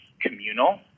communal